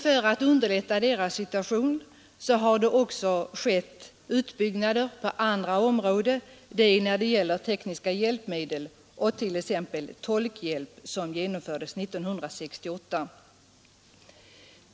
För att underlätta de dövas situation har emellertid också utbyggnader skett på andra områden — det gäller exempelvis tekniska hjälpmedel och den år 1968 genomförda tolkhjälpen.